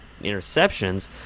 interceptions